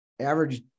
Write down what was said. Average